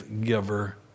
giver